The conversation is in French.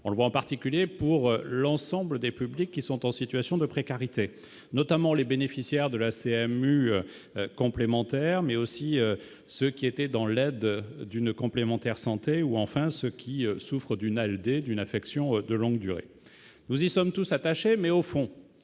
on le voit en particulier pour l'ensemble des publics qui sont en situation de précarité, notamment les bénéficiaires de la CMU complémentaire, mais aussi ceux qui étaient dans l'aide d'une complémentaire santé ou enfin ceux qui souffrent d'une ALD d'une affection de longue durée, nous y sommes tous attachés, mais au fond,